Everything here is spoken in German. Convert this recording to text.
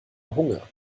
hunger